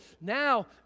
Now